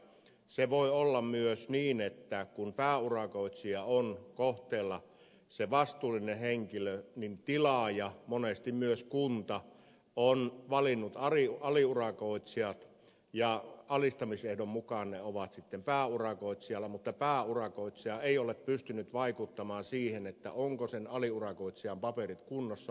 se voi olla myös niin että kun pääurakoitsija on kohteella se vastuullinen henkilö niin tilaaja monesti myös kunta on valinnut aliurakoitsijat ja alistamisehdon mukaan ne ovat pääurakoitsijalla mutta pääurakoitsija ei ole pystynyt vaikuttamaan siihen ovatko aliurakoitsijan paperit kunnossa vai ei